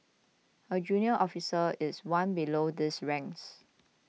a junior officer is one below these ranks